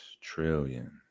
trillion